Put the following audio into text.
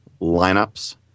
lineups